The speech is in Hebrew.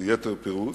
ביתר פירוט,